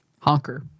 Honker